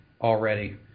already